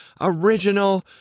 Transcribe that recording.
original